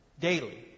daily